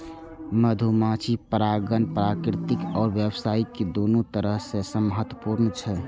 मधुमाछी परागण प्राकृतिक आ व्यावसायिक, दुनू तरह सं महत्वपूर्ण छै